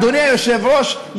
אדוני היושב-ראש,